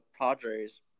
Padres